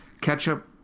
ketchup